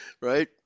right